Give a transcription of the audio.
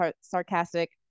sarcastic